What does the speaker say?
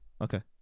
Okay